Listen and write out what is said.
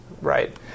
Right